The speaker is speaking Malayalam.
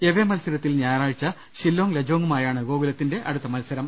എവേ മത്സരത്തിൽ ഞായ റാഴ്ച ഷില്ലോംഗ് ലജോംഗുമായാണ് ഗോകുലത്തിന്റെ അടുത്ത മത്സരം